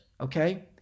Okay